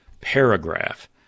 paragraph